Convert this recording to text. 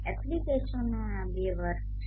એપ્લિકેશનોના બે વર્ગ છે